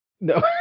No